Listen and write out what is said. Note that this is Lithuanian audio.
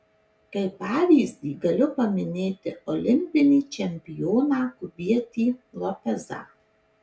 kaip pavyzdį galiu paminėti olimpinį čempioną kubietį lopezą